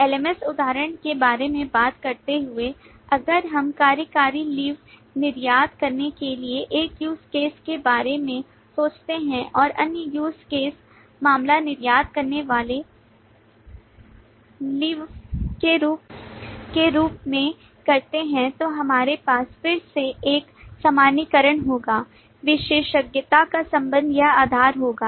LMS उदाहरण के बारे में बात करते हुए अगर हम कार्यकारी लीव निर्यात करने के लिए एक use case के बारे में सोचते हैं और एक अन्य use case मामला निर्यात करने वाले लीव के रूप में करते हैं तो हमारे पास फिर से एक सामान्यीकरण होगा विशेषज्ञता का संबंध यह आधार होगा